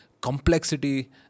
complexity